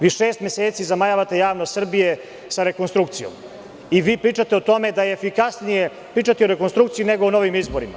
Vi šest meseci zamajavate javnost Srbije sa rekonstrukcijom i pričate o tome da je efikasnije pričati o rekonstrukciji, nego o novim izborima.